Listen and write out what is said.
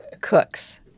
cooks